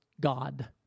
God